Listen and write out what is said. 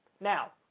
Now